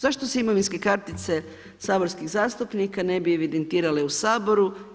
Zašto se imovinske kartice saborskih zastupnika ne bi evidentirale u Saboru.